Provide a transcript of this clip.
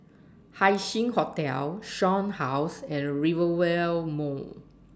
Haising Hotel Shaw House and Rivervale Mall